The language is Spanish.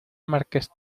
marqués